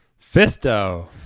Fisto